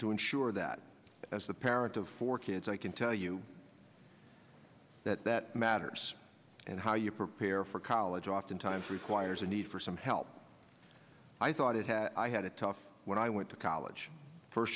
to ensure that as the parent of four kids i can tell you that that matters and how you prepare for college oftentimes requires a need for some help i thought it had i had it tough when i went to college first